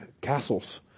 castles